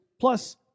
plus